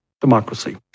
democracy